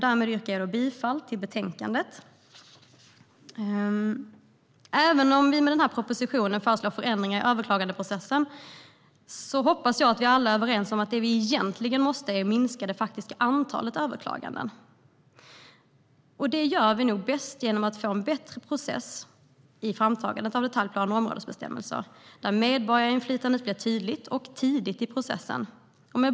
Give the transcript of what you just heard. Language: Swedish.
Därmed yrkar jag bifall till utskottets förslag i betänkandet. Även om vi med propositionen föreslår förändringar i överklagandeprocessen hoppas jag att vi alla är överens om att det vi egentligen måste göra är att minska det faktiska antalet överklaganden. Det gör vi nog bäst genom att få en bättre process i framtagandet av detaljplaner och områdesbestämmelser där medborgarinflytandet blir tydligt och kommer in tidigt i processen.